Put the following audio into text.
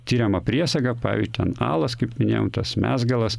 tiriamą priesagą pavyzdžiui ten alas kaip minėjom tas mezgalas